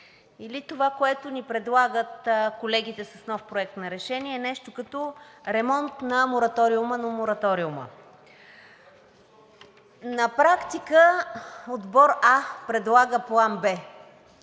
или това, което ни предлагат колегите с нов проект на решение, е нещо като ремонт на мораториума на мораториума. На практика отбор А предлага план Б